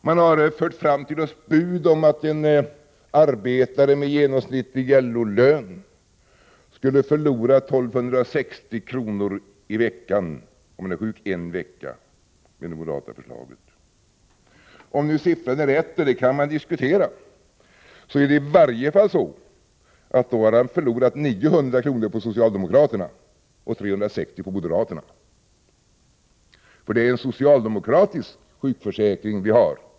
Man har fört fram till oss bud om att en arbetare med genomsnittlig LO-lön på det moderata förslaget skulle förlora 1 260 kr. om han är sjuk en vecka. Om nu siffran är riktig — och det kan man diskutera — är det i varje fall så att han förlorar 900 kr. på socialdemokraterna och 360 kr. på moderaterna. Det är nämligen en socialdemokratisk sjukförsäkring vi har.